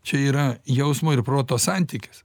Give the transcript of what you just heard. čia yra jausmo ir proto santykis